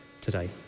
today